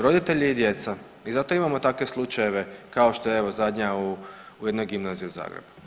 Roditelji i djeca i zato imamo takve slučajeve, kao što je, evo, zadnja u jednoj gimnaziji u Zagrebu.